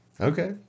Okay